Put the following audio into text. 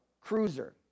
cruiser